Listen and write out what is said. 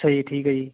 ਅੱਛਾ ਜੀ ਠੀਕ ਹੈ ਜੀ